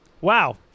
Wow